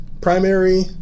primary